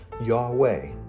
Yahweh